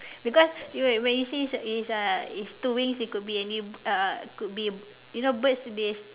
because you uh when you say it is a it is two wings it could be any uh could be you know birds they